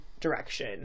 direction